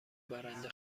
برنده